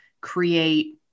create